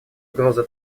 угрозу